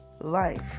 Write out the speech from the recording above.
Life